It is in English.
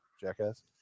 jackass